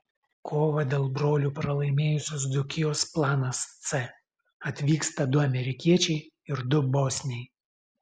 kovą dėl brolių pralaimėjusios dzūkijos planas c atvyksta du amerikiečiai ir du bosniai